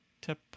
Tip